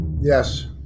Yes